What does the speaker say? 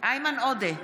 איימן עודה,